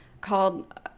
called